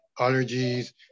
allergies